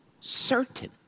certain